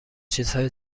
چیزهای